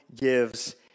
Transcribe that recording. gives